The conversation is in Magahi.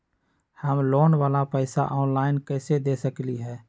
हम लोन वाला पैसा ऑनलाइन कईसे दे सकेलि ह?